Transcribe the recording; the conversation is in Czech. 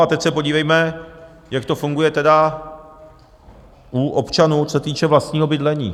A teď se podívejme, jak to funguje tedy u občanů, co se týče vlastního bydlení.